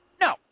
No